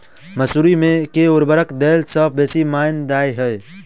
मसूरी मे केँ उर्वरक देला सऽ बेसी मॉनी दइ छै?